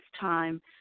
time